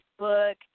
Facebook